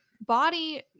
body